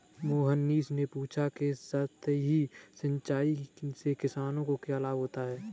मोहनीश ने पूछा कि सतही सिंचाई से किसानों को क्या लाभ होता है?